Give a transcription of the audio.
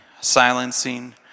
Silencing